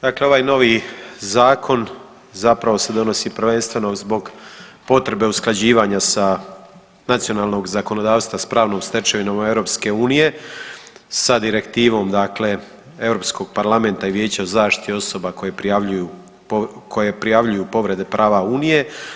Dakle, ovaj novi zakon zapravo se donosi prvenstveno zbog potrebe usklađivanja nacionalnog zakonodavstva sa pravnom stečevinom EU, sa direktivom dakle Europskog parlamenta i Vijeća za zaštitu osoba koje prijavljuju povrede prava Unije.